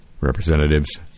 Representatives